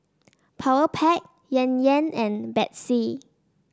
Powerpac Yan Yan and Betsy